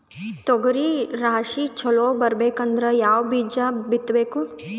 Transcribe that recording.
ತೊಗರಿ ರಾಶಿ ಚಲೋ ಬರಬೇಕಂದ್ರ ಯಾವ ಬೀಜ ಬಿತ್ತಬೇಕು?